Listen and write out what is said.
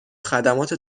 خدمات